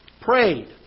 Prayed